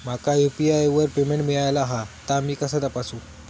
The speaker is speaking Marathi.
माका यू.पी.आय वर पेमेंट मिळाला हा ता मी कसा तपासू?